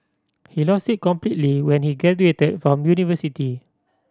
he lost it completely when he graduated from university